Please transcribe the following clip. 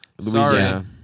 Louisiana